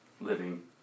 living